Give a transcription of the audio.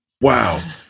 wow